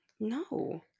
No